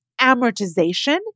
amortization